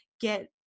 get